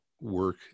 work